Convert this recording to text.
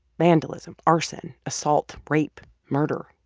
vandalism, arson, assault, rape, murder,